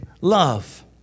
love